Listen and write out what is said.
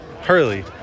Hurley